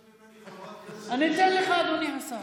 מבקשת ממני חברת כנסת, אני אתן לך, אדוני השר.